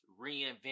reinvent